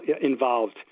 Involved